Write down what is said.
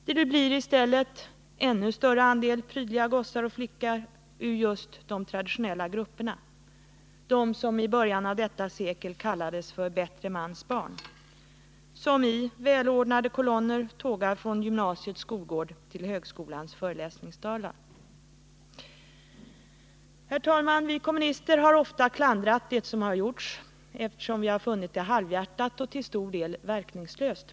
Det blir i stället en ännu större andel prydliga gossar och flickor ur just de traditionella grupperna — som i början av detta sekel kallades bättre mans barn — som i välordnade kolonner tågar från gymnasiets skolgård till högskolans föreläsningssalar. Herr talman! Vi kommunister har ofta klandrat insatserna på det här området eftersom vi har funnit dem halvhjärtade och till stor del verkningslösa.